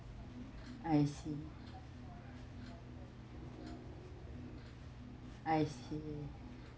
I see I see